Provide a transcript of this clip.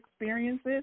experiences